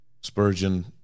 Spurgeon